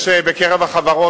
בקרב החברות,